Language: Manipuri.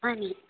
ꯃꯥꯅꯦ